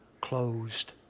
closed